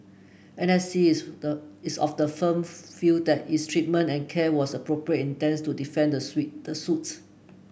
N S C is the is of the firm view that its treatment and care was appropriate and intends to defend the suite the suit